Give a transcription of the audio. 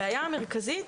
הבעיה המרכזית